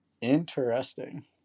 Interesting